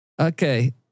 okay